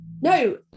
No